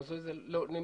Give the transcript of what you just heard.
הנושא הזה לא נמצא,